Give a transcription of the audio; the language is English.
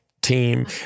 Team